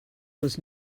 was